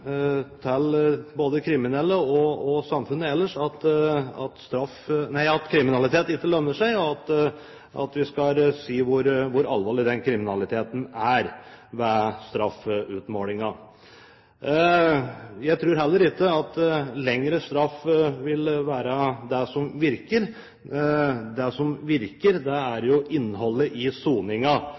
til både kriminelle og samfunnet ellers om at kriminalitet ikke lønner seg, og hvor alvorlig kriminaliteten er ved straffeutmålingen. Jeg tror heller ikke at lengre straff vil være det som virker. Det som virker, er innholdet i soningen. Men likevel, for at vi skal gi de signalene som er riktige overfor samfunnet, og si at det er